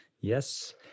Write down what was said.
Yes